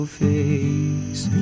face